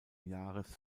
jahres